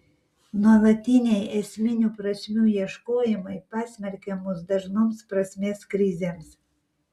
nuolatiniai esminių prasmių ieškojimai pasmerkia mus dažnoms prasmės krizėms